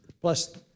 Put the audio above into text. Plus